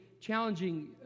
challenging